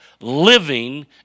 living